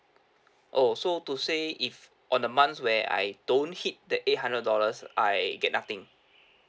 oh so to say if on the months where I don't hit the eight hundred dollars I get nothing